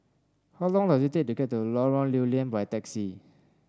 how long does it take to get to Lorong Lew Lian by taxi